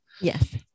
Yes